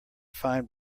fine